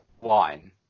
wine